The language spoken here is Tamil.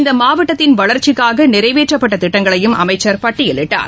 இந்த மாவட்டத்தின் வளர்ச்சிக்காக நிறைவேற்றப்பட்ட திட்டங்களையும் அமைச்சர் பட்டியலிட்டார்